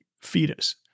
fetus